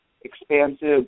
expansive